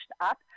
up